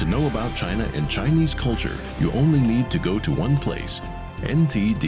to know about china in chinese culture you only need to go to one place and indeed